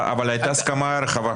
אבל הייתה הסכמה רחבה.